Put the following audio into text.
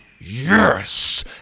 Yes